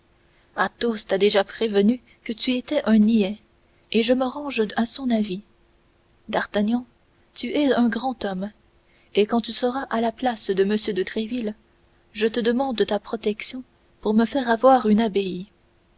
aramis athos t'a déjà prévenu que tu étais un niais et je me range de son avis d'artagnan tu es un grand homme et quand tu seras à la place de m de tréville je te demande ta protection pour me faire avoir une abbaye